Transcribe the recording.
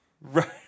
Right